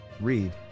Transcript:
Read